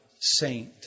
saint